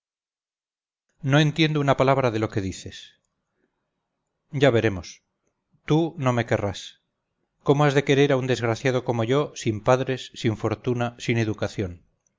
no entiendo una palabra de lo que dices ya veremos tú no me querrás cómo has de querer a un desgraciado como yo sin padres sinfortuna sin educación